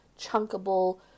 chunkable